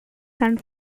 and